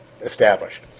established